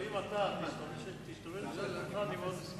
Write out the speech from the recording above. אבל אם אתה אני מאוד אשמח.